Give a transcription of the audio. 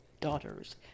daughters